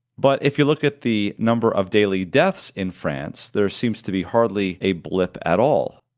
but if you look at the number of daily deaths in france, there seems to be hardly a blip at all.